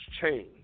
change